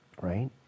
right